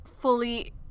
fully